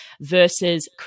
versus